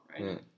right